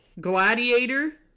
Gladiator